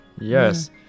Yes